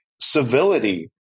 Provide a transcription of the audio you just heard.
civility